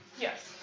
Yes